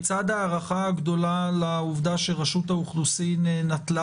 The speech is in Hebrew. בצד ההערכה הגדולה לעובדה שרשות האוכלוסין נטלה